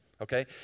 okay